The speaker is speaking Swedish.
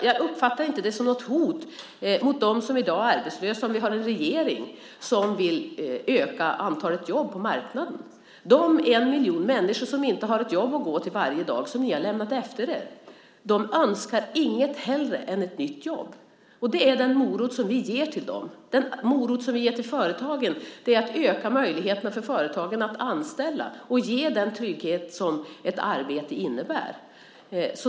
Jag uppfattar inte det som ett hot mot dem som i dag är arbetslösa om vi har en regering som vill öka antalet jobb på marknaden. De en miljon människorna ni har lämnat efter er som inte har ett jobb att gå till varje dag önskar inget hellre än ett nytt jobb. Det är den morot vi ger till dem. Den morot vi ger till företagen är att öka möjligheterna för företagen att anställa och ge den trygghet som ett arbete innebär.